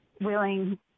willing